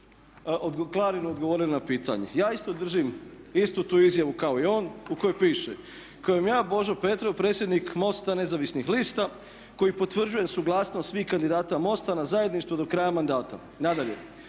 Klarinu odgovorili na pitanje. Ja isto držim istu tu izjavu kao i on u kojoj piše: "Kojom ja Božo Petrov, predsjednik MOST-a Nezavisnih lista, koji potvrđujem suglasnost svih kandidata MOST-a na zajedništvo do kraja mandata.". Nadalje,